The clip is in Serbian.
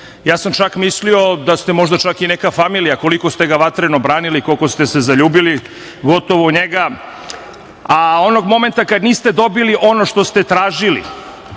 Ja sam čak mislio da ste možda čak i neka familija koliko ste ga vatreno branili, koliko ste se zaljubili gotovo u njega, a onog momenta kada niste dobili ono što ste tražili,